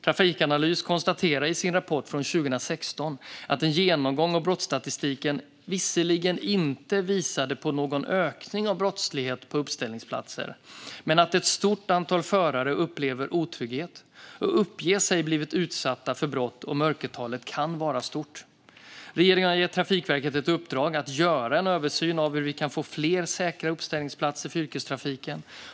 Trafikanalys konstaterade i sin rapport från 2016 att en genomgång av brottsstatistiken visserligen inte visade på någon ökning av brottslighet på uppställningsplatser men att ett stort antal förare upplever otrygghet och uppger sig ha blivit utsatta för brott. Mörkertalet kan vara stort. Regeringen har gett Trafikverket ett uppdrag att göra en översyn av hur vi kan få fler säkra uppställningsplatser för yrkestrafiken.